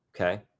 Okay